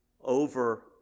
over